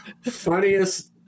funniest